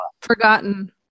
Forgotten